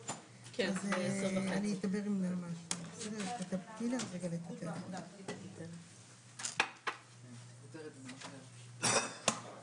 10:25.